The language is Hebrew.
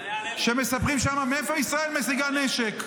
ומספרים שם מאיפה ישראל משיגה נשק.